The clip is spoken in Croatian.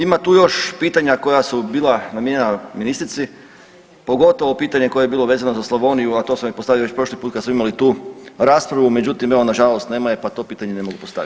Ima tu još pitanja koja su bila namijenjena ministrici, pogotovo pitanje koje je bilo vezano za Slavoniju, a to sam postavio još prošli put kad smo imali tu raspravu, međutim evo, nažalost nema je pa to pitanje ne mogu postaviti.